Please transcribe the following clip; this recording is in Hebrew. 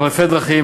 מחלפי דרכים,